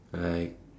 like